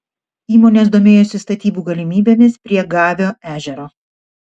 įmonės domėjosi statybų galimybėmis prie gavio ežero